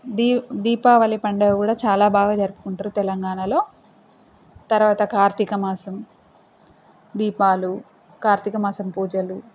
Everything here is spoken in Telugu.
దీ దీపావళి పండగ గూడా చాలా బాగా జరుపుకుంటారు తెలంగాణలో తర్వాత కార్తీకమాసం దీపాలు కార్తీక మాసం పూజలు